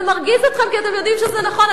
זה מרגיז אתכם כי אתם יודעים שזה נכון.